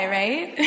right